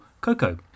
Coco